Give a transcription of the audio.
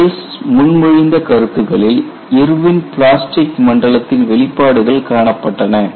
Wells முன்மொழிந்த கருத்துக்களில் Irwin plastic மண்டலத்தின் வெளிப்பாடுகள் காணப்பட்டன